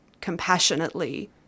compassionately